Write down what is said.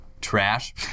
trash